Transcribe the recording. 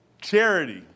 Charity